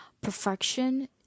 Perfection